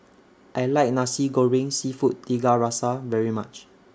I like Nasi Goreng Seafood Tiga Rasa very much